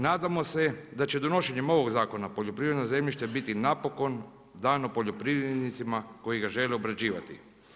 Nadamo se da će donošenjem ovog zakona poljoprivredno zemljište biti napokon dano poljoprivrednicima koji ga žele obrađivati.